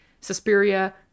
suspiria